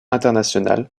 international